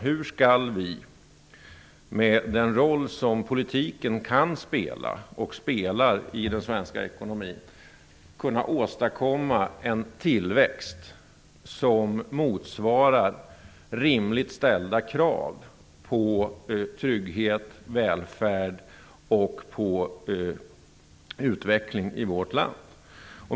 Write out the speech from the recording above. Hur skall vi med den roll som politiken kan spela och spelar i den svenska ekonomin kunna åstadkomma en tillväxt som motsvarar rimligt ställda krav på trygghet, välfärd och utveckling i Sverige?